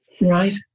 Right